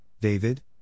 David